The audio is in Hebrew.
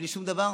בלי שום דבר,